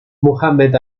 muhammad